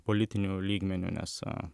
politiniu lygmeniu nes